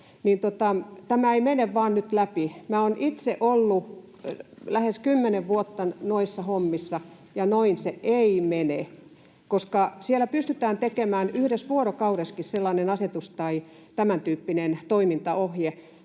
Tämä ei vaan mene nyt läpi. Minä olen itse ollut lähes kymmenen vuotta noissa hommissa, ja noin se ei mene, koska siellä pystytään tekemään yhdessä vuorokaudessakin sellainen asetus tai tämäntyyppinen toimintaohje.